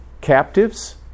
captives